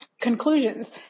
conclusions